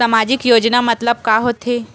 सामजिक योजना मतलब का होथे?